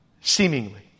seemingly